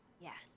Yes